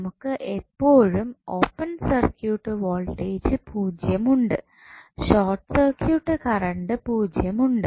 നമുക്ക് എപ്പോഴും open circuit voltage പൂജ്യം ഉണ്ട് ഷോർട്ട് സർക്യൂട്ട് കറണ്ട് പൂജ്യം ഉണ്ട്